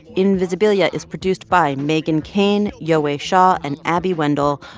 invisibilia is produced by megan kane, yowei shaw and abby wendle.